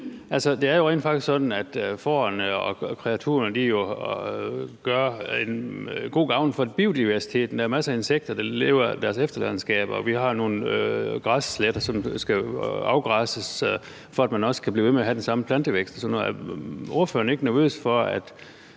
fårene og kreaturerne gør god gavn for biodiversiteten. Der er masser af insekter, der lever af deres efterladenskaber, og vi har jo nogle græssletter, som skal afgræsses, for at man også kan blive ved med at have den samme plantevækst og sådan noget. Er ordføreren ikke nervøs for,